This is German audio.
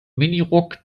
minirock